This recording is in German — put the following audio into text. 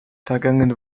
vergangene